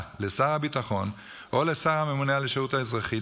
לשר הביטחון או לשר הממונה על השירות האזרחי,